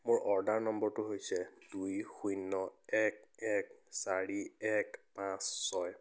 মোৰ অৰ্ডাৰ নম্বৰটো হৈছে দুই শূন্য এক এক চাৰি এক পাঁচ ছয়